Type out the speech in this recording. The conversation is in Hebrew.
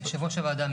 יושב-ראש הוועדה,